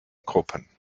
gruppen